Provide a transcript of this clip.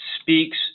speaks